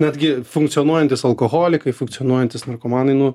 netgi funkcionuojantys alkoholikai funkcionuojantys narkomanai nu